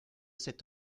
cet